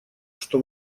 что